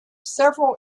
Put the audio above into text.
several